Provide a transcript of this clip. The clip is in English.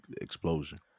explosion